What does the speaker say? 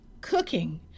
cooking